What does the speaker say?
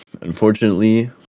Unfortunately